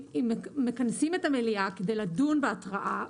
מכנסים את המליאה כדי לדון בהתראה,